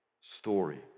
story